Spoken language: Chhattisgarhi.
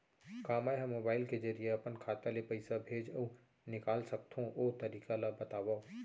का मै ह मोबाइल के जरिए अपन खाता ले पइसा भेज अऊ निकाल सकथों, ओ तरीका ला बतावव?